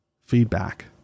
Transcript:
feedback